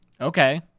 Okay